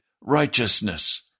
righteousness